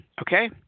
okay